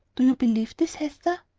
do you believe this, hester?